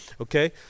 Okay